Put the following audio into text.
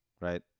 right